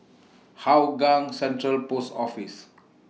Hougang Central Post Office